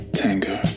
tango